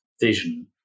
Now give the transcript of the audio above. vision